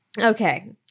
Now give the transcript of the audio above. Okay